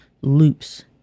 loops